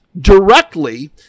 directly